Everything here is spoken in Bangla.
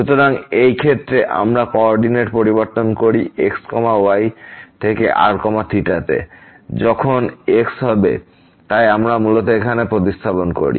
সুতরাং এই ক্ষেত্রে যখন আমরা কো অর্ডিনেট পরিবর্তন করি x y থেকে r θ তে তখন x হবে তাই আমরা মূলত এখানে প্রতিস্থাপন করি